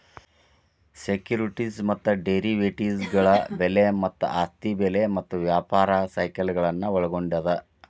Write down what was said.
securities ಮತ್ತ ಡೆರಿವೇಟಿವ್ಗಳ ಬೆಲೆ ಮತ್ತ ಆಸ್ತಿ ಬೆಲೆ ಮತ್ತ ವ್ಯಾಪಾರ ಸೈಕಲ್ಗಳನ್ನ ಒಳ್ಗೊಂಡದ